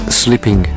sleeping